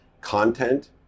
content